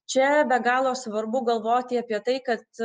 čia be galo svarbu galvoti apie tai kad